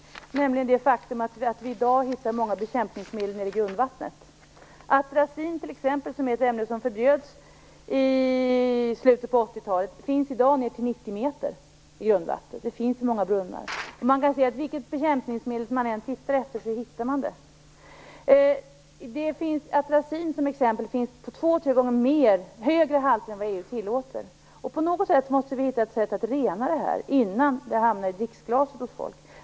Det handlar om det faktum att vi i dag hittar många bekämpningsmedel nere i grundvattnet. Atrazin är ett ämne som förbjöds i slutet av 80-talet. Det finns i dag i grundvattnet ned till 90 meter. Det finns i många brunnar. Vilket bekämpningsmedel man än tittar efter hittar man det. Atrazin t.ex. finns i halter som är två-tre gånger högre än vad EU tillåter. Vi måste hitta ett sätt att rena bort detta innan det hamnar i dricksglaset hos folk.